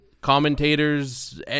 Commentators